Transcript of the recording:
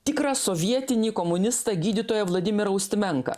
tikrą sovietinį komunistą gydytoją vladimira ustimenką